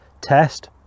Test